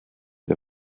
der